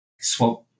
Swap